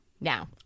Now